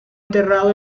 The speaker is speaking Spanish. enterrado